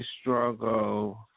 struggle